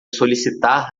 solicitar